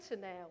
now